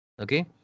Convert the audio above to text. Okay